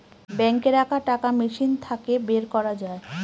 বাঙ্কে রাখা টাকা মেশিন থাকে বের করা যায়